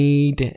Need